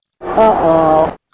Uh-oh